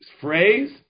Phrase